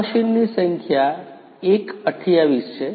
આ મશીનની સંખ્યા 1 28 છે